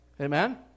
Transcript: Amen